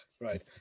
right